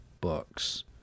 books